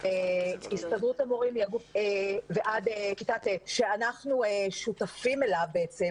שהסתדרות המורים היא הגוף --- שאנחנו שותפים אליו בעצם